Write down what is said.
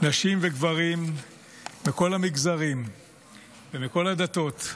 נשים וגברים מכל המגזרים ומכל הדתות.